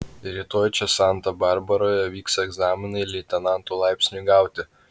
rytoj čia santa barbaroje vyks egzaminai leitenanto laipsniui gauti